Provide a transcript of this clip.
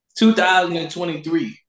2023